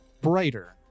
brighter